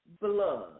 blood